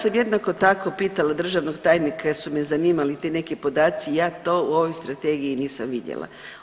Ja sam jednako tako pitala državnog tajnika jer su me zanimali ti neki podaci, ja to u ovoj strategiji nisam vidjela.